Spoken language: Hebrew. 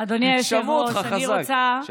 שמעו אותך חזק.